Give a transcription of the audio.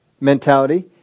mentality